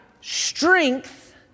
strength